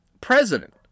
president